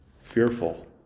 Fearful